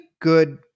good